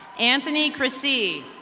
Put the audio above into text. anthony crissei.